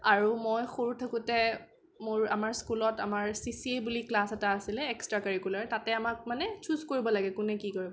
আৰু মই সৰু থাকোঁতে মোৰ আমাৰ স্কুলত আমাৰ চি চি এ বুলি ক্লাছ এটা আছিলে এক্সট্ৰা কাৰিকুলাৰ তাতে আমাক মানে ছুজ কৰিব লাগে কোনে কি কৰিব